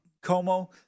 Como